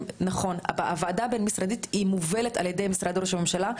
הוועדה הבין-משרדית מובלת על ידי משרד ראש הממשלה,